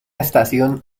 estación